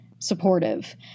supportive